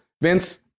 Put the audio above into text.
Vince